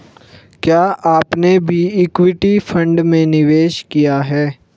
क्या आपने भी इक्विटी फ़ंड में निवेश किया है?